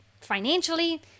Financially